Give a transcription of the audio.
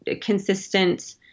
consistent